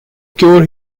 cure